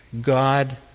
God